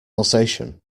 alsatian